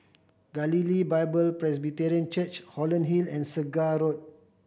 Galilee Bible Presbyterian Church Holland Hill and Segar Road